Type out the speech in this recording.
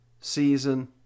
season